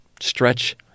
stretch